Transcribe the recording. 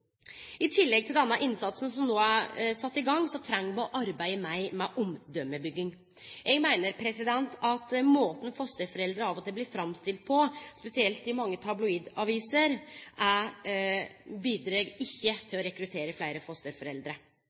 I tillegg til denne innsatsen som no er sett i gang, treng me å arbeide meir med omdømmebygging. Eg meiner at måten fosterforeldre av og til blir framstilte på, spesielt i mange tabloidaviser, bidreg ikkje til å rekruttere fleire fosterforeldre.